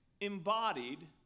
embodied